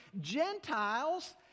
Gentiles